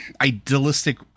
idealistic